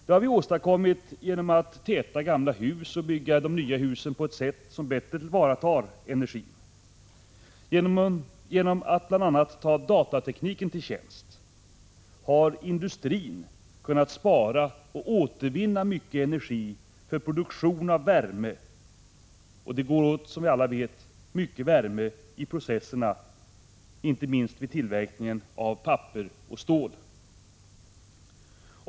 Det har vi åstadkommit genom att täta gamla hus och bygga de nya husen på ett sätt som bättre tillvaratar 57 energin. Genom att bl.a. utnyttja datatekniken har industrin kunnat spara och återvinna mycket energi för produktion av värme. Som vi alla vet, går det åt mycket värme inte minst vid tillverkning av papper och stål.